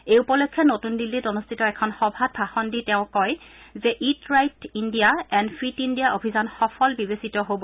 এই উপলক্ষে নতুন দিল্লীত অনুষ্ঠিত এখন সভাত ভাষণ দি তেওঁ কয় যে eat right India and fit India অভিযান সফল বিবেচিত হ'ব